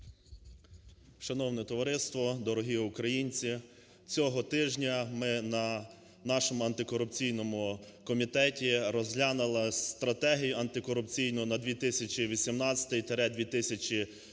Шановне товариство! Дорогі українці! Цього тижня ми на нашому антикорупційному комітеті розглянули стратегію антикорупційну на 2018-2020